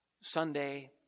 Sunday